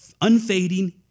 unfading